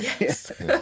Yes